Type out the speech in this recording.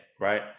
right